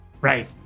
Right